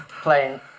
playing